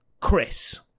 Chris